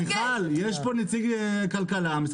פה משרד הכלכלה שיציג נתונים.